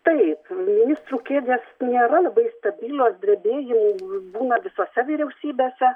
taip ministrų kėdės nėra labai stabilios drebėjimų būna visose vyriausybėse